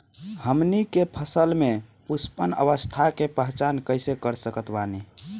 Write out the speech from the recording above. हमनी के फसल में पुष्पन अवस्था के पहचान कइसे कर सकत बानी?